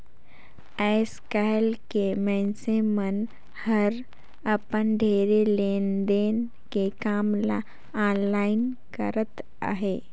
आएस काएल के मइनसे मन हर अपन ढेरे लेन देन के काम ल आनलाईन करत अहें